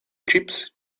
chips